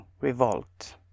revolt